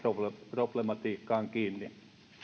problematiikkaan kiinni